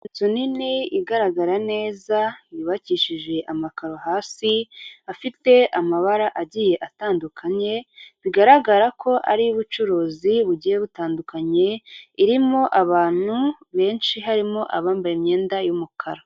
Inzu nini igaragara neza yubakishije amakaro hasi afite amabara agiye atandukanye, bigaragara ko ari iy'ubucuruzi bugiye butandukanye, irimo abantu benshi, harimo abambaye imyenda y'umukara.